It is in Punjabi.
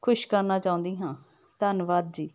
ਖੁਸ਼ ਕਰਨਾ ਚਾਹੁੰਦੀ ਹਾਂ ਧੰਨਵਾਦ ਜੀ